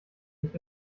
nicht